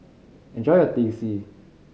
enjoy your Teh C